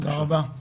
תודה רבה.